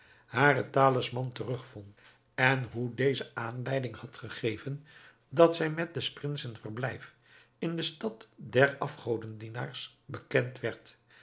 haren talisman terugvond en hoe deze aanleiding had gegeven dat zij met des prinsen verblijf in de stad der afgodendienaars bekend werd